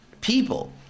people